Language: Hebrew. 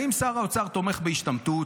האם שר האוצר תומך בהשתמטות?